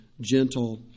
gentle